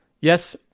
yes